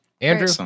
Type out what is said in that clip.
Andrew